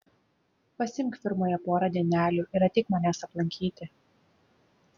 pasiimk firmoje porą dienelių ir ateik manęs aplankyti